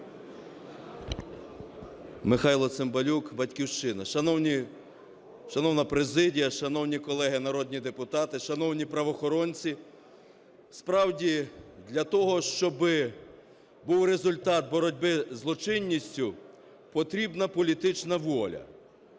Михайло Цимбалюк, "Батьківщина". Шановні, шановна президія, шановні колеги народні депутати, шановні правоохоронці! Справді, для того, щоб був результат боротьби зі злочинністю, потрібна політична воля.